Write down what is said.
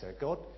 God